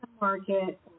market